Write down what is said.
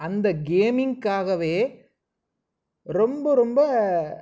அந்த கேம்மிங்க்காகவே ரொம்ப ரொம்ப